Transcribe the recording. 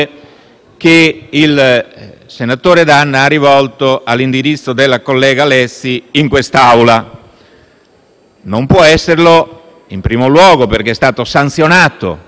che il senatore D'Anna ha rivolto all'indirizzo della collega Lezzi in quest'Aula. Non può esserlo, in primo luogo, perché l'atto è stato sanzionato